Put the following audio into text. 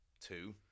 two